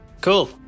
Cool